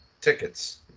tickets